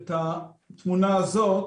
את התמונה הזאת.